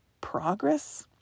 Progress